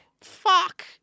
Fuck